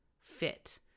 fit